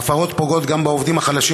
ההפרות פוגעות בעובדים החלשים,